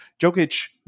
jokic